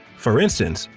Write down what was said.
for instance,